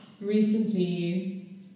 recently